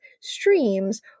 streams